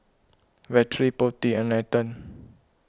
Vedre Potti and Nathan